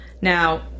Now